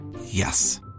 Yes